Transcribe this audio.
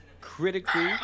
critically